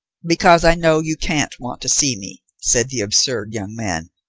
because i know you can't want to see me, said the absurd young man,